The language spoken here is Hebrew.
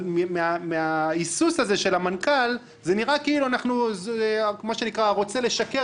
אבל מההיסוס הזה של המנכ"ל זה נראה כאילו "רוצה לשקר,